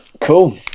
Cool